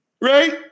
Right